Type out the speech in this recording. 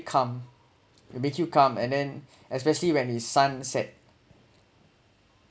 calm it make you calm and then especially when it sunset